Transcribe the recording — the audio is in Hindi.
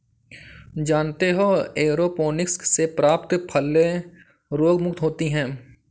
जानते हो एयरोपोनिक्स से प्राप्त फलें रोगमुक्त होती हैं